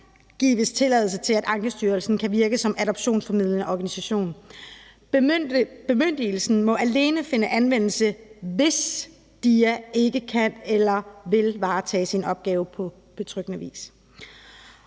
gives tilladelse til, at Ankestyrelsen kan virke som adoptionsformidlende organisation. Bemyndigelsen må alene finde anvendelse, hvis DIA ikke kan eller vil varetage deres opgave på betryggende vis.